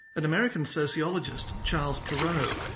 an american sociologist, charles perrow,